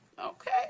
Okay